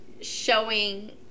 showing